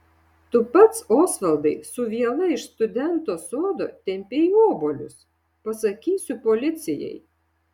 tu pats osvaldai su viela iš studento sodo tempei obuolius pasakysiu policijai